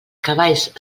cavalls